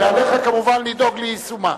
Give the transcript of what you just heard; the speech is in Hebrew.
ועליך, כמובן, לדאוג ליישומה.